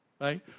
right